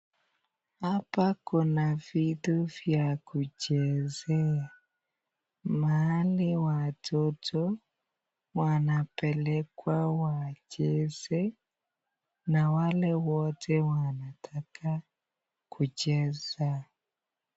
Hapa kuna vitu vya kuchezea, mahali watoto wanapelekwa wacheze na wale wote wanataka kucheza.